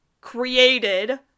created